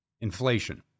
Inflation